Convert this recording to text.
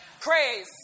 Praise